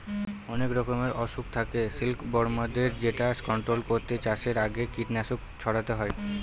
অনেক রকমের অসুখ থাকে সিল্কবরমদের যেটা কন্ট্রোল করতে চাষের আগে কীটনাশক ছড়াতে হয়